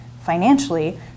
financially